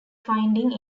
finding